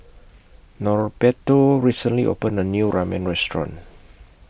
Norberto recently opened A New Ramen Restaurant